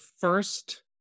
first